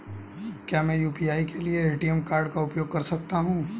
क्या मैं यू.पी.आई के लिए ए.टी.एम कार्ड का उपयोग कर सकता हूँ?